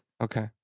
Okay